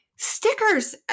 stickers